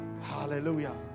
Hallelujah